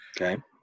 Okay